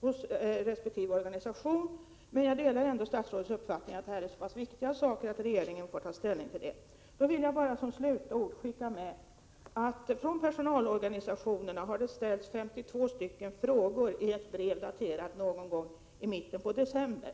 hos resp. organisation, men jag delar ändå statsrådets uppfattning att det här är så pass viktiga saker att regeringen bör få ta ställning till dem. Som slutord vill jag bara skicka med att det från personalorganisationerna har ställts 52 frågor i ett brev daterat någon gång i mitten av december.